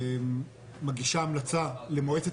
מגישה המלצה למועצת